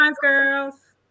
girls